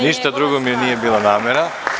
Ništa drugo mi nije bila namera.